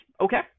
okay